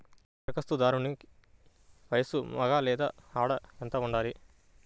ధరఖాస్తుదారుని వయస్సు మగ లేదా ఆడ ఎంత ఉండాలి?